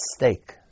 mistake